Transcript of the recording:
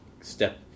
step